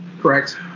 Correct